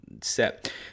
set